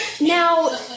Now